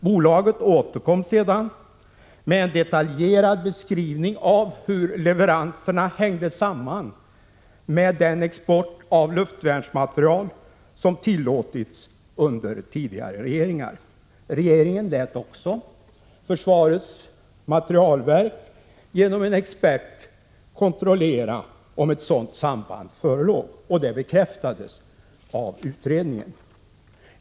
Bolaget återkom sedan med en detaljerad beskrivning av hur leveranserna hängde samman med den export av luftvärnsmateriel som tillåtits under tidigare regeringar. Regeringen lät också försvarets materielverk genom en expert kontrollera om ett sådant samband förelåg. Detta bekräftades av utredningen.